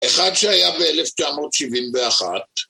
אחד שהיה ב-1971,